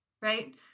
right